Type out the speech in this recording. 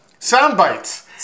Soundbites